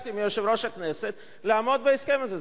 ביקשתי מיושב-ראש הכנסת לעמוד בהסכם הזה,